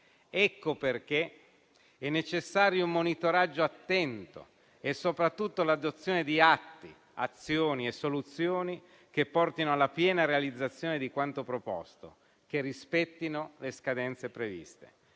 Ecco perché è necessario un monitoraggio attento e soprattutto l'adozione di atti, azioni e soluzioni che portino alla piena realizzazione di quanto proposto, che rispettino le scadenze previste.